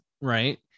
right